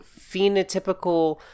phenotypical